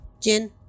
Jin